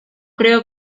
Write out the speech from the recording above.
creo